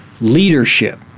leadership